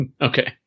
Okay